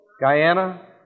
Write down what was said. Guyana